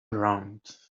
around